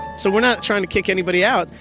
so we're not trying to kick anybody out,